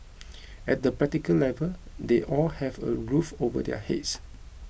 at the practical level they all have a roof over their heads